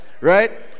right